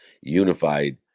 unified